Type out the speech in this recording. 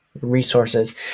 Resources